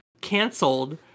canceled